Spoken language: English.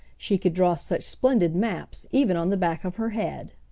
she could draw such splendid maps even on the back of her head.